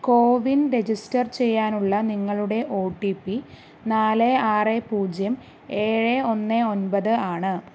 CoWIN register ചെയ്യാനുള്ള നിങ്ങളുടെ O T P നാല് ആറ് പൂജ്യം ഏഴ് ഒന്ന് ഒൻപത് ആണ്